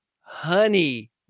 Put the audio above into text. honey